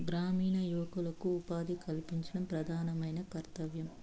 గ్రామీణ యువకులకు ఉపాధి కల్పించడం ప్రధానమైన కర్తవ్యం